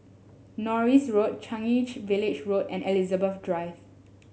Norris Road Changi Village Road and Elizabeth Drive